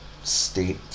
state